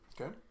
Okay